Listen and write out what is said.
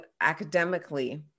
academically